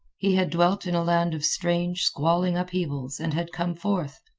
he had dwelt in a land of strange, squalling upheavals and had come forth.